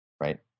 right